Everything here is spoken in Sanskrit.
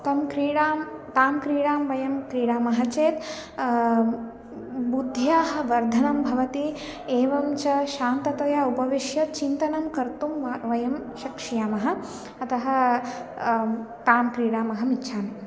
तं क्रीडां तां क्रीडां वयं क्रीडामः चेत् बुद्ध्याः वर्धनं भवति एवं च शान्ततया उपविश्य चिन्तनं कर्तुं व वयं शक्ष्यामः अतः तां क्रीडाम् अहम् इच्छामि